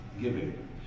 giving